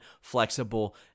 flexible